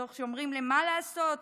תוך שאומרים להם מה לעשות,